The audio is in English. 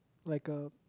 like a